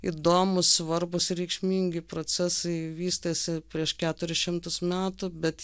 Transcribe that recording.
įdomūs svarbūs ir reikšmingi procesai vystėsi prieš keturis šimtus metų bet